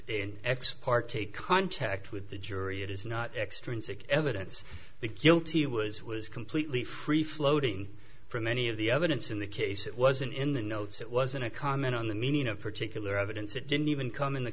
is ex parte contact with the jury it is not extrinsic evidence the guilty was was completely free floating from any of the evidence in the case it wasn't in the notes it wasn't a comment on the meaning of particular evidence it didn't even come in the